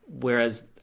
whereas